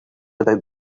about